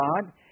God